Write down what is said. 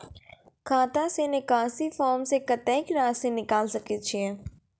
खाता से निकासी फॉर्म से कत्तेक रासि निकाल सकै छिये?